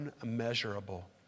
unmeasurable